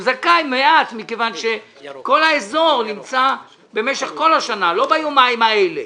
הוא זכאי למעט מכיוון שכל האזור נמצא במשך כל השנה לא ביומיים האלה